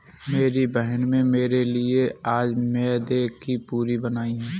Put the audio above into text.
मेरी बहन में मेरे लिए आज मैदे की पूरी बनाई है